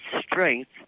strength